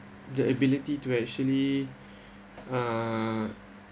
the ability to actually uh